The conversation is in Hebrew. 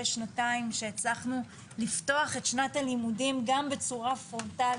שנתיים שהצלחנו לפתוח את שנת הלימודים גם בצורה פרונטלית,